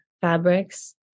fabrics